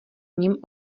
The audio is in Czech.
nim